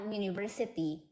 university